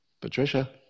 Patricia